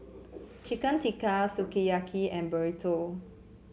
Chicken Tikka Sukiyaki and Burrito